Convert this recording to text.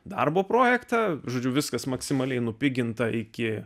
darbo projektą žodžiu viskas maksimaliai nupiginta iki